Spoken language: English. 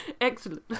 Excellent